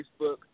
Facebook